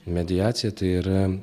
mediacija tai yra